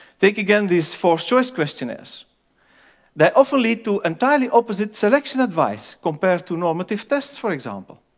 take again these forced choice questionnaires they often lead to entirely opposite selection advice, compared to normative tests for example.